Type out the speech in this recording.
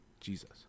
Jesus